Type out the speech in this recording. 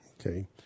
Okay